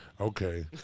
Okay